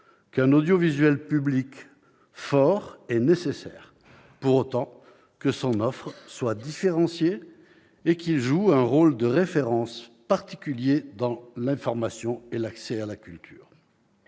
qu'un audiovisuel public puissant est nécessaire, pour autant que son offre soit différenciée et qu'il joue un rôle de référence, en particulier dans l'information et l'accès à la culture.